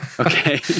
Okay